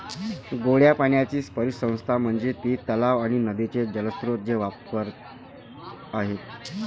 गोड्या पाण्याची परिसंस्था म्हणजे ती तलाव आणि नदीचे जलस्रोत जे वापरात आहेत